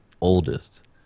oldest